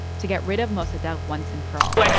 to get rid of mossadegh once and for all.